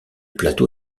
plateau